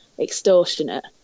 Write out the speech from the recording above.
extortionate